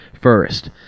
first